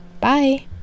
Bye